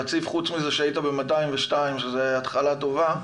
חוץ מזה שהיית ב-202, שזו התחלה טובה.